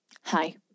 Hi